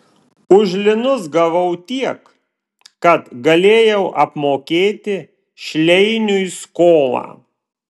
už linus gavau tiek kad galėjau apmokėti šleiniui skolą